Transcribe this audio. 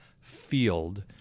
field